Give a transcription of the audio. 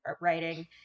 writing